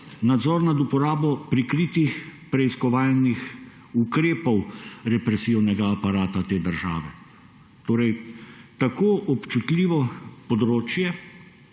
nadzor nad uporabo prikritih preiskovalnih ukrepov represivnega aparata te države. Pri tako občutljivem področju